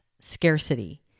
scarcity